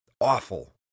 awful